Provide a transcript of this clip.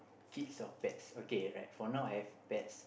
kids or pets okay right for now I have pets